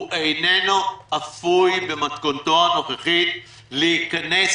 הוא איננו אפוי במתכונתו הנוכחית להיכנס